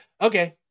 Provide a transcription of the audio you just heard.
Okay